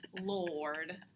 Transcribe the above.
Lord